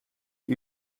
een